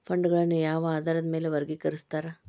ಫಂಡ್ಗಳನ್ನ ಯಾವ ಆಧಾರದ ಮ್ಯಾಲೆ ವರ್ಗಿಕರಸ್ತಾರ